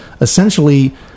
essentially